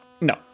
No